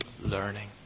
learning